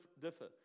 differ